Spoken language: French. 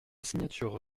signature